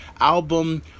album